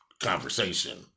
conversation